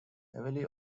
heavily